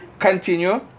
Continue